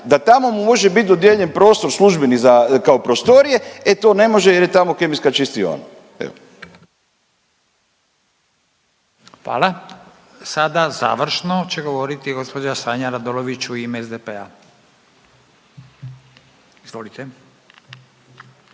da tamo može biti dodijeljen prostor službeni za, kao prostorije e to ne može jer je tamo kemijska čistiona, evo. **Radin, Furio (Nezavisni)** Hvala. Sada završno će govoriti gospođa Sanja Radolović u ime SDP-a. Izvolite.